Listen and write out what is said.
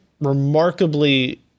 remarkably